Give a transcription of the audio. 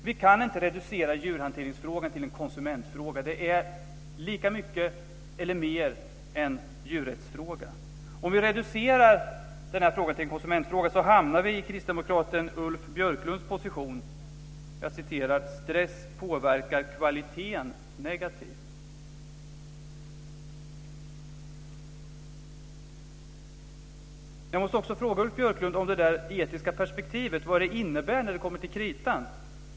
Vi kan inte reducera djurhanteringsfrågan till en konsumentfråga. Det är lika mycket eller mer en djurrättsfråga. Om vi reducerar den här frågan till en konsumentfråga hamnar vi i kristdemokraten Ulf Björklunds position om att stress påverkar kvaliteten negativt. Jag måste också fråga Ulf Björklund om det etiska perspektivet. Vad innebär det när det kommer till kritan?